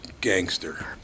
gangster